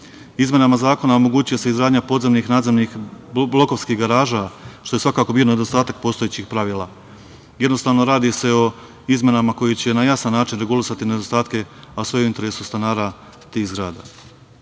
zakona omogući će se izgradnja podzemnih i nadzemnih blokovskih garaža, što je svakako bio nedostatak postojećih pravila. Jednostavno, radi se o izmenama koje će na jasan način regulisati nedostatke, a sve je u interesu stanara tih